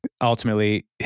ultimately